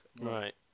right